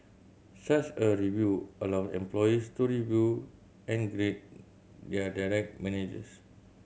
such a review allow employees to review and grade their direct managers